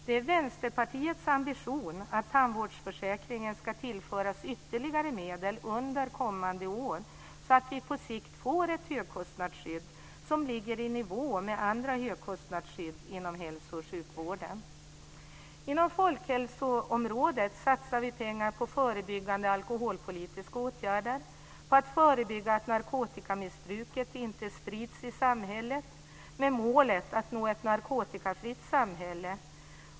Det är Vänsterpartiets ambition att tandvårdsförsäkringen ska tillföras ytterligare medel under kommande år, så att vi på sikt får ett högkostnadsskydd som ligger i nivå med andra högkostnadsskydd inom hälso och sjukvården. Inom folkhälsoområdet satsar vi pengar på förebyggande alkoholpolitiska åtgärder, på att förebygga att narkotikamissbruket inte sprids i samhället med målet att nå ett narkotikafritt samhälle.